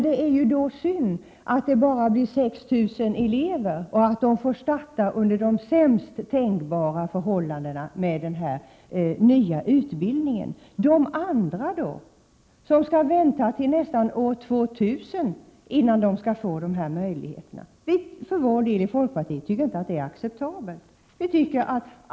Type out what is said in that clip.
Det är synd att det bara handlar om 6 000 elever, och de får dessutom börja den nya utbildningen under sämsta tänkbara förhållanden. Men de andra då? De som skall vänta nästan till år 2000 innan de kan få samma möjligheter? Vi i folkpartiet tycker för vår del inte att detta är acceptabelt.